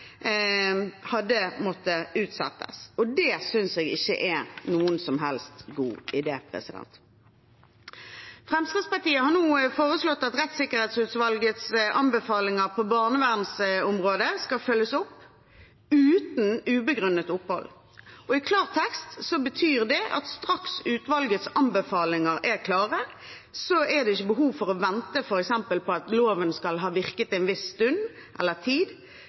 utsettes, og det synes jeg ikke er noen som helst god idé. Fremskrittspartiet har nå foreslått at rettssikkerhetsutvalgets anbefalinger på barnevernsområdet skal følges opp uten ubegrunnet opphold. I klartekst betyr det at straks utvalgets anbefalinger er klare, er det ikke behov for å vente f.eks. på at loven skal ha virket en viss